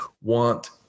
want